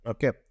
Okay